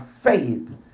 faith